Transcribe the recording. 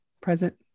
present